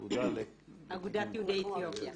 אגודת יהודי אתיופיה.